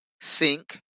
sink